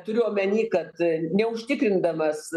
turiu omeny kad neužtikrindamas